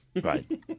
Right